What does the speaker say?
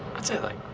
i'd say like.